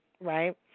Right